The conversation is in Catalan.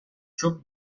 xup